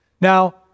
Now